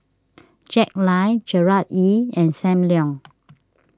Jack Lai Gerard Ee and Sam Leong